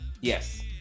Yes